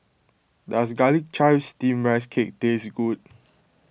does Garlic Chives Steamed Rice Cake taste good